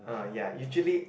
uh ya usually